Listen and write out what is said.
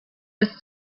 bis